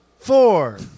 Four